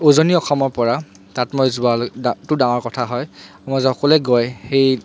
উজনি অসমৰ পৰা তাত মই যোৱাটো ডাঙৰ কথা হয় মই যে অকলে গৈ সেই